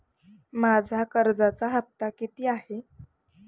माझा कर्जाचा हफ्ता किती आहे?